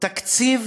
תקציב